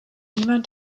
niemand